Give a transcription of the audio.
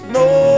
no